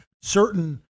certain